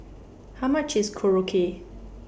How much IS Korokke